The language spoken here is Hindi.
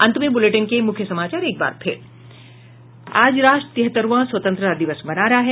और अब अंत में मुख्य समाचार राष्ट्र आज तिहत्तरवां स्वतंत्रता दिवस मना रहा है